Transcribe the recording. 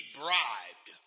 bribed